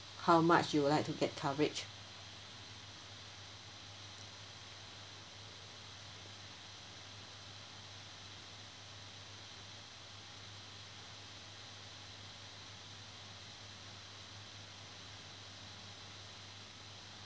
how much you would like to get coverage